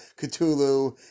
Cthulhu